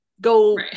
go